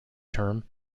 term